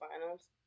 finals